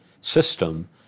system